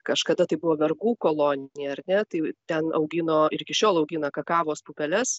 kažkada tai buvo vergų kolonija ar ne tai ten augino ir iki šiol augina kakavos pupeles